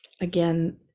Again